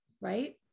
Right